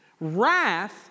wrath